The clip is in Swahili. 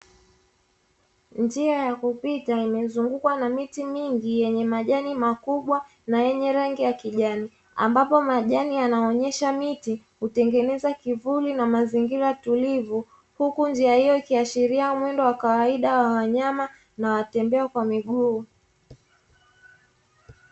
Njia ya kupita imezungukwa na miti mingi yenye majani makubwa na yenye rangi ya kijani, ambapo majani yanaonyesha miti hutengeneza kivuli na mazingira tulivu, huku njia hiyo ikiashiria mwendo wa kawaida wa wanyama na watembea kwa miguu.